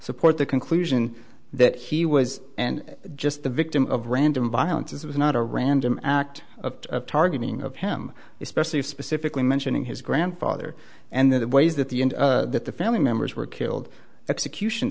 support the conclusion that he was and just the victim of random violence is not a random act of targeting of him especially specifically mentioning his grandfather and that ways that the that the family members were killed execution